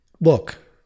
look